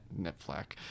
Netflix